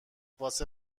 واسه